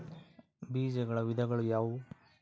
ಬೇಜಗಳ ವಿಧಗಳು ಯಾವುವು?